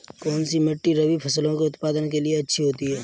कौनसी मिट्टी रबी फसलों के उत्पादन के लिए अच्छी होती है?